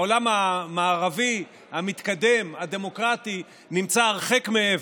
העולם המערבי המתקדם, הדמוקרטי, נמצא הרחק מעבר.